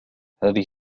هذه